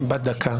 בת דקה